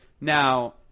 Now